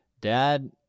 dad